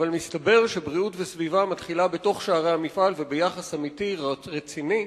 אבל מסתבר שבריאות וסביבה מתחילות בתוך שערי המפעל וביחס אמיתי ורציני